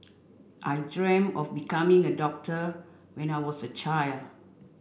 I dreamt of becoming a doctor when I was a child